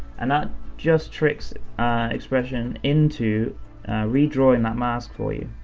and that just tricks xpression into redrawing that mask for you.